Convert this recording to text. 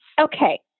okay